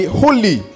holy